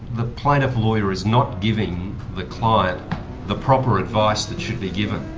the plaintiff lawyer is not giving the client the proper advice that should be given,